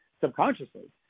subconsciously